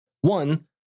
One